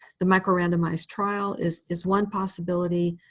the micro-randomized trial is is one possibility.